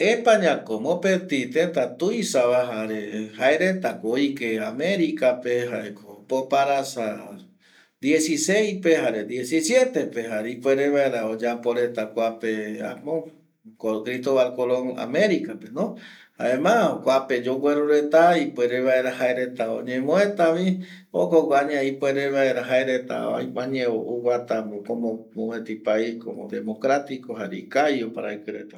España ko mopeti teta tuisa oike reta america pe popa arasa dieciseis pe jare ipuere vaera oyapo reta kuape, jaema kuape yogueru reta ipuere vaera jaereta oñemueta vi jokogüi añae jaereta ipuere vaera jaereta añe oguata como mopeti pais democratico